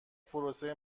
پروسه